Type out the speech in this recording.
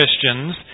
Christians